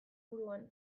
buruan